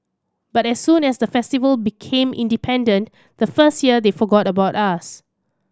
but as soon as the Festival became independent the first year they forgot about us